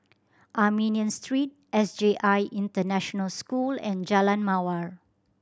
Armenian Street S J I International School and Jalan Mawar